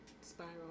spiral